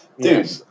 Dude